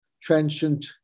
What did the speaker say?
trenchant